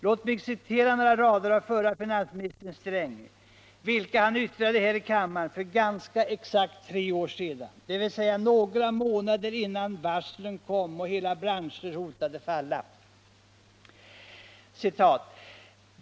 Låt mig citera några rader av förre finansministern Sträng, vilka han yttrade här i kammaren för ganska exakt tre år sedan, dvs. några månader innan varslen kom och hela branscher hotade att falla.